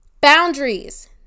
Boundaries